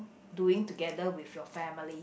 doing together with your family